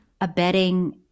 Abetting –